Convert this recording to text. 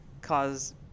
cause